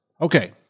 Okay